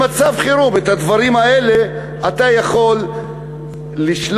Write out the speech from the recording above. במצב חירום את הדברים האלה אתה יכול לשלול,